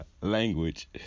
language